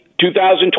2020